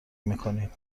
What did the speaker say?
میکنید